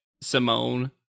Simone